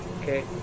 Okay